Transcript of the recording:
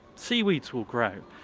seaweeds will grow.